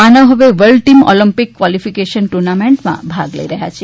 માનવ હવે world team Olympic qualification ટ્રર્નામેન્ટમાં ભાગ લઈ રહ્યા છે